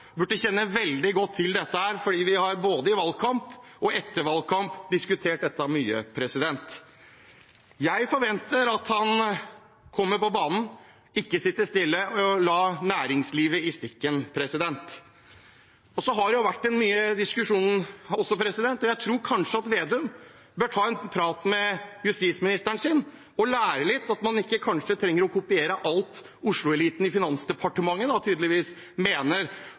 burde kjenne veldig godt til dette, for vi har både i valgkamp og etter valgkamp diskutert det mye. Jeg forventer at han kommer på banen, ikke sitter stille og lar næringslivet i stikken. Jeg tror kanskje Vedum bør ta en prat med justisministeren sin og lære at man kanskje ikke trenger å kopiere alt osloeliten i Finansdepartementet tydeligvis mener.